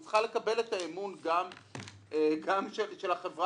היא צריכה לקבל את האמון גם של החברה